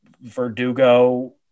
Verdugo